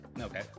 Okay